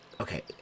Okay